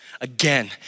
again